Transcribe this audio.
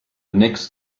next